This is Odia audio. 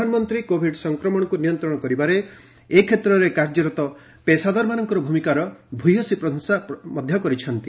ପ୍ରଧାନମନ୍ତ୍ରୀ କୋଭିଡ୍ ସଂକ୍ରମଣକୁ ନିୟନ୍ତ୍ରଣ କରିବାରେ ଏ କ୍ଷେତ୍ରରେ କାର୍ଯ୍ୟରତ ପେସାଦାରମାନଙ୍କର ଭୂମିକାର ଭ୍ରମସୀ ପ୍ରଶଂସା କରିଛନ୍ତି